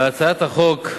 להצעת החוק,